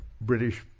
British